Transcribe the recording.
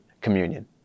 communion